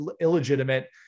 illegitimate